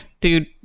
dude